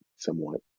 somewhat